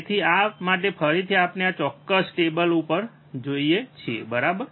તેથી આ માટે ફરીથી આપણે આ ચોક્કસ ટેબલ ઉપર જઈએ છીએ બરાબર